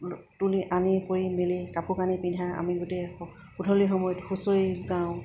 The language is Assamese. তুলি আনি কৰি মেলি কাপোৰ কানি পিন্ধা আমি গোটেই গধূলি সময়ত হুঁচৰি গাওঁ